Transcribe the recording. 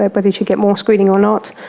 but whether you get more screening or not.